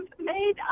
made